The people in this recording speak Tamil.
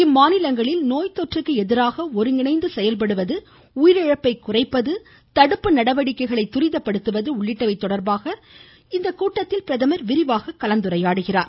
இம்மாநிலங்களில் நோய் தொற்றுக்கு எதிராக ஒருங்கிணைந்து உயிரிழப்பை குறைப்பது தடுப்பு செயல்படுவது நடவடிக்கைகளை துரிதப்படுத்துவது உள்ளிட்டவை தொடர்பாக இக்கூட்டத்தில் பிரதமர் விரிவாக கலந்துரையாடுகிறார்